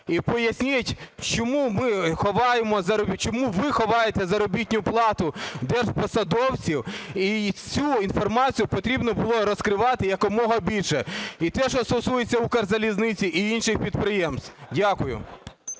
ховаємо – чому ви ховаєте заробітну плату держпосадовців? Цю інформацію потрібно було розкривати якомога більше: і те, що стосується Укрзалізниці", й інших підприємств. Дякую.